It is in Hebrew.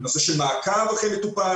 נושא של מעקב אחרי מטופל,